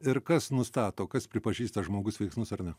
ir kas nustato kas pripažįsta žmogus veiksnus ar ne